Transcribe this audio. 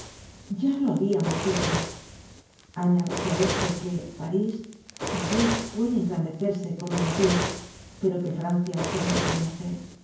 ya lo habíamos dicho añádase á esto que parís tal vez puede engrandecerse con un motin pero que francia se empequeñece y